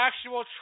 actual